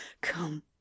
Come